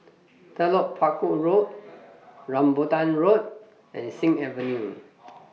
Telok Paku Road Rambutan Road and Sing Avenue